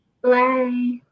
Bye